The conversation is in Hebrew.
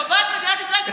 טובת מדינת ישראל?